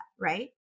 right